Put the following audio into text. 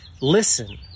listen